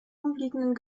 umliegenden